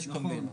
נכון.